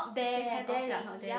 there there like not there